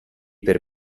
per